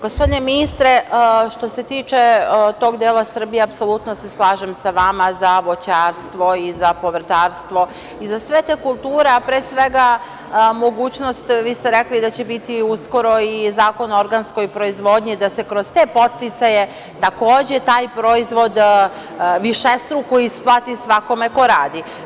Gospodine ministre, što se tiče tog dela Srbije, apsolutno se slažem sa vama za voćarstvo i za povrtarstvo i za sve te kulture, a pre svega mogućnost, vi ste rekli da će biti uskoro i zakon o organskoj proizvodnji, da se kroz te podsticaje takođe taj proizvod višestruko isplati svakome ko radi.